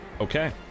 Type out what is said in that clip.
Okay